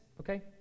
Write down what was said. Okay